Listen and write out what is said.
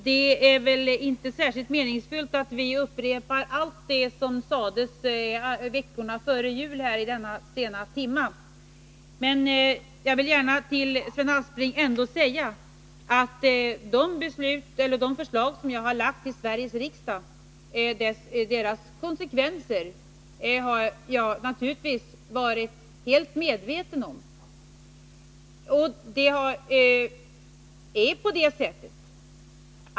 Herr talman! Det är inte särskilt meningsfyllt att vi i denna sena timme upprepar allt det som sades veckorna före jul. Men jag vill ändå gärna säga till Sven Aspling att jag naturligtvis har varit helt medveten om konsekvenserna av de förslag jag lagt fram för Sveriges riksdag.